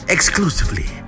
Exclusively